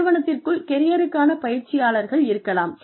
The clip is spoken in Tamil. நிறுவனத்திற்குள் கெரியருக்கான பயிற்சியாளர்கள் இருக்கலாம்